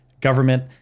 government